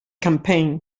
campaign